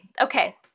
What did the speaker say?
Okay